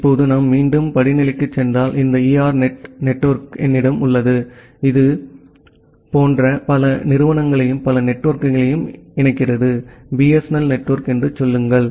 இப்போது நாம் மீண்டும் படிநிலைக்குச் சென்றால் இந்த ERNET நெட்வொர்க் என்னிடம் உள்ளது இது இதுபோன்ற பல நிறுவனங்களையும் பல நெட்வொர்க்குகளையும் இணைக்கிறது பிஎஸ்என்எல் நெட்வொர்க் என்று சொல்லுங்கள்